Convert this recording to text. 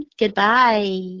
goodbye